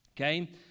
Okay